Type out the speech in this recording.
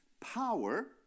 power